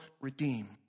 redeem